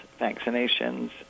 vaccinations